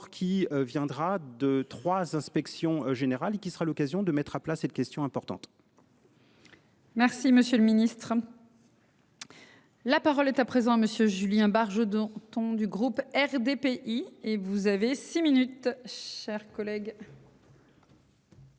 qui viendra deux 3 inspections générales qui sera l'occasion de mettre à plat cette question importante. Merci, monsieur le Ministre. La parole est à présent monsieur Julien Bargeton ton du groupe RDPI et vous avez six minutes, chers collègues.